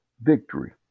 victory